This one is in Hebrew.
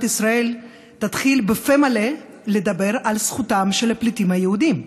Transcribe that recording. ישראל תתחיל לדבר בפה מלא על זכותם של הפליטים היהודים?